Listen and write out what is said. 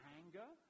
anger